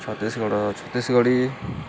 ଛତିଶଗଡ଼ର ଛତିଶଗଡ଼ି